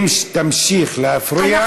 אם תמשיך להפריע,